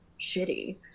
shitty